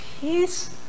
peace